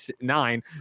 nine